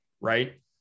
Right